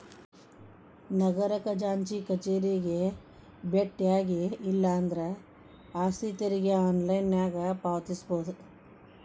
ನಗರ ಖಜಾಂಚಿ ಕಚೇರಿಗೆ ಬೆಟ್ಟ್ಯಾಗಿ ಇಲ್ಲಾಂದ್ರ ಆಸ್ತಿ ತೆರಿಗೆ ಆನ್ಲೈನ್ನ್ಯಾಗ ಪಾವತಿಸಬೋದ